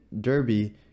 Derby